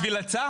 בשביל עצה?